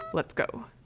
let's go!